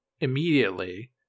immediately